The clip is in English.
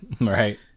Right